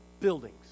buildings